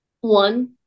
one